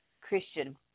Christian